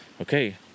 Okay